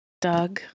doug